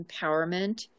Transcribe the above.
empowerment